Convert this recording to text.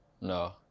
no